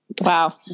Wow